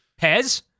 Pez